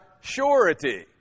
surety